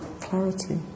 clarity